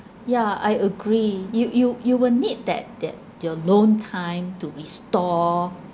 yeah I agree you you you will need that that your lone time to restore